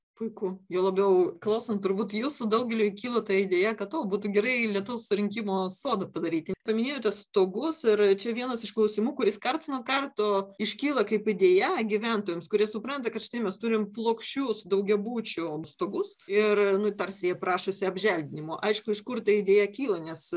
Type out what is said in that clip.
puiku juo labiau klausant turbūt jūsų daugeliui kyla ta ideja kad būtų gerai lietaus surinkimo sodą padaryti paminėjote stogus ir čia vienas iš klausimų kuris karts nuo karto iškyla kaip idėja gyventojams kurie supranta kad štai mes turim plokščius daugiabučių stogus ir nu tarsi jie prašosi apželdinimo aišku iš kur ta idėja kyla nes